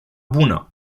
bună